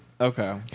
Okay